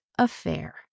affair